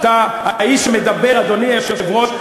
אדוני היושב-ראש,